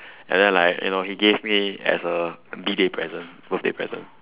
and then like you know he gave me as a B day present birthday present